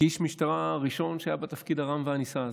איש משטרה ראשון שהיה בתפקיד הרם והנישא הזה,